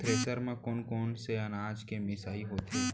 Thresher म कोन कोन से अनाज के मिसाई होथे?